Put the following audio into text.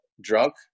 drunk